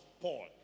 Paul